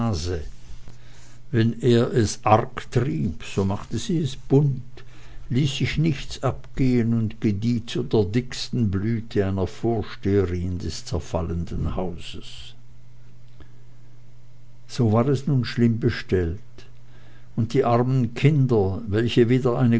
wenn er es arg trieb so machte sie es bunt ließ sich nichts abgehen und gedieh zu der dicksten blüte einer vorsteherin des zerfallenden hauses so war es nun schlimm bestellt um die armen kinder welche weder eine